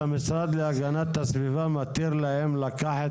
המשרד להגנת הסביבה מתיר להם לקחת